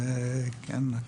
אולי בזכותך.